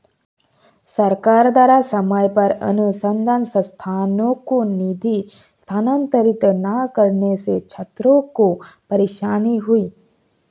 सरकार द्वारा समय पर अनुसन्धान संस्थानों को निधि स्थानांतरित न करने से छात्रों को परेशानी हुई